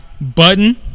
Button